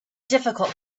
difficult